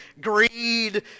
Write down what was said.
greed